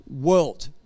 world